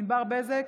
ענבר בזק,